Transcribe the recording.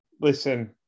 Listen